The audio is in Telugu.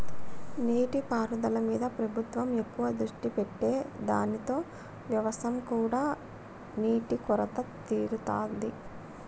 నీటి పారుదల మీద ప్రభుత్వం ఎక్కువ దృష్టి పెట్టె దానితో వ్యవసం కు నీటి కొరత తీరుతాంది